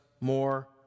more